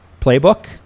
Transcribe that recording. Playbook